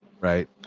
right